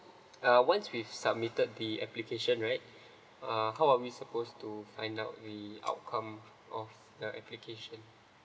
uh once we've submitted the application right uh how are we suppose to find out the outcome of the application